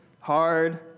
hard